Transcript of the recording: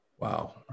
Wow